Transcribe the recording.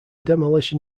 demolition